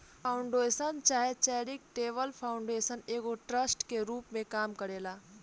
foundation चाहे charitable foundation एगो trust के रूप में काम करेला